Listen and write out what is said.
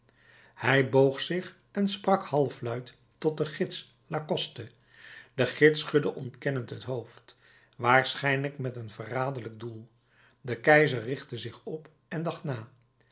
hij boog zich en sprak halfluid tot den gids lacoste de gids schudde ontkennend het hoofd waarschijnlijk met een verraderlijk doel de keizer richtte zich op en dacht na